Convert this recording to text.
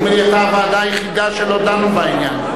נדמה לי, אתה הוועדה היחידה שלא דנה בעניין.